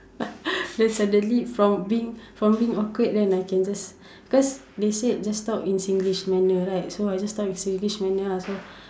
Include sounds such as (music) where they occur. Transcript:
(laughs) then suddenly from being from being awkward then I can just because they said just talk in Singlish manner right so I just talk in Singlish manner lah so